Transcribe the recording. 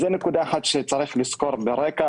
זאת נקודה אחת שצריך לזכור ברקע,